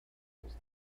rules